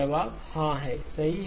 जवाब हां है सही है